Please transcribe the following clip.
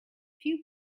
few